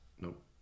Nope